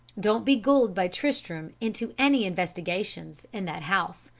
don't be gulled by tristram into any investigations in that house.